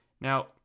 Now